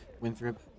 Winthrop